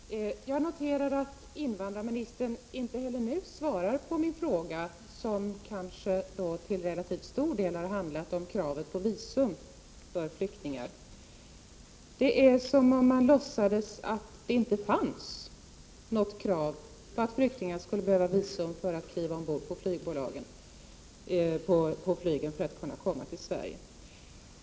Herr talman! Jag noterar att invandrarministern inte heller nu svarar på min fråga, som till relativt stor del handlade om kravet på visum för flyktingar. Det är som om man låtsades att det inte fanns något krav på att flyktingar skall behöva visum innan de får kliva ombord på flygbolagens plan för att komma till Sverige.